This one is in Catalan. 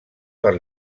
per